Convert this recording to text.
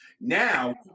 Now